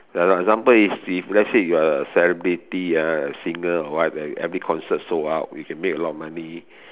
ya lah example if if let's say you are a celebrity ah a singer or what you every concert sold out you can make a lot of money